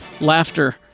laughter